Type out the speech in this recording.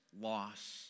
loss